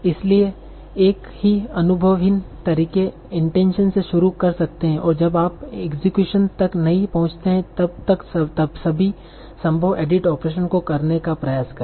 इसलिए एक बहुत ही अनुभवहीन तरीके इनटेनशन से शुरू कर सकते हैं और जब तक आप इक्सक्यूशन तक नहीं पहुंचते तब तक सभी संभव एडिट ओपरेसंस को करने का प्रयास करें